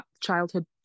childhood